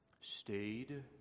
stayed